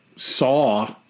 saw